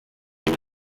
and